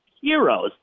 heroes